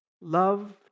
love